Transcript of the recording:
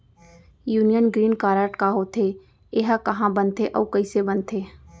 Union green card का होथे, एहा कहाँ बनथे अऊ कइसे बनथे?